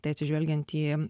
tai atsižvelgiant į